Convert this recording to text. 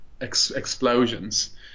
explosions